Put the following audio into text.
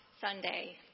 Sunday